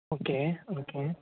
okay okay